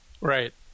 Right